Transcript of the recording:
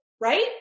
Right